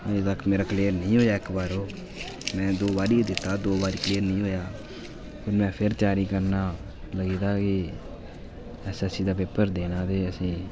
अज्ज तक्क क्लीयर निं होआ इक्क बार ओह् में दो बारी दित्ता दो बारी क्लीयर निं होआ ओह् ते में फिर त्यारी करन लग्गी दा ते एसएससी दा पेपर देना ते